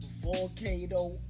volcano